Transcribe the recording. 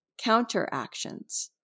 counteractions